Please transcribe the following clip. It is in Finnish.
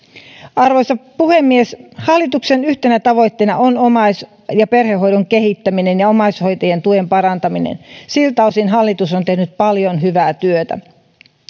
arvoisa puhemies hallituksen yhtenä tavoitteena on omais ja perhehoidon kehittäminen ja omaishoitajien tuen parantaminen siltä osin hallitus on tehnyt paljon hyvää työtä